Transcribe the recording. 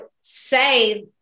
say